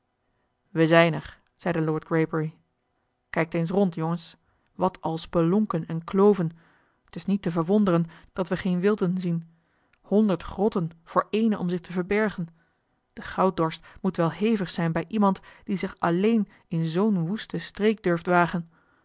we zijn er zeide lord greybury kijkt eens rond jongens wat al spelonken en kloven t is niet te verwonderen dat we geen wilden zien honderd grotten voor ééne om zich te verbergen de gouddorst moet wel hevig zijn bij iemand die zich alleen in zoo'n woeste streek durft wagen